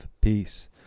peace